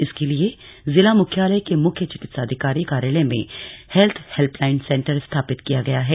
इसके लिए जिला मुख्यालय के मुख्य चिकित्साधिकारी कार्यालय में हेल्थ हेल्पलाइन सेंटर स्थापित किया गया है